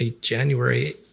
January